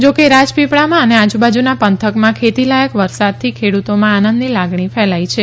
જોકે રાજપીપળામાં અને આજુબાજુના પંથકમાં ખેતીલાથક વરસાદથી ખેડૂતોમાં આનંદની લાગણી ફેલાઈ છે